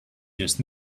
just